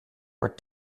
were